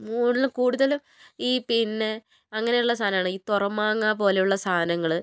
മൂള കൂടുതലും ഈ പിന്നെ അങ്ങനെയുള്ള സാധനമാണ് ഈ തുറമാങ്ങ പോലെ ഉള്ള സാധനങ്ങൾ